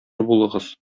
булыгыз